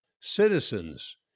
Citizens